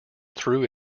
through